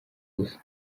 gusa